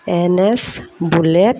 N S bullet